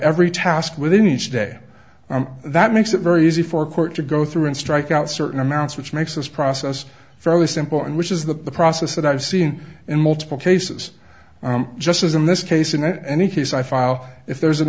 every task within each day and that makes it very easy for court to go through and strike out certain amounts which makes this process fairly simple and which is the process that i've seen in multiple cases just as in this case in any case i file if there's an